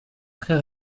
très